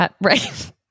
right